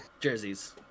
Jerseys